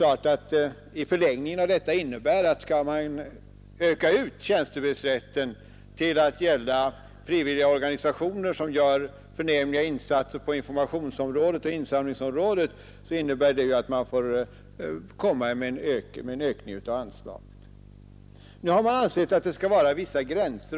Att utvidga tjänstebrevsrätten till att gälla frivilliga organisationer som gör förnämliga insatser på informationsoch insamlingsområdet innebär att man då också måste öka anslaget. Utskottet har ansett att det skall vara vissa gränser.